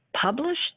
Published